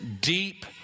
deep